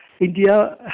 India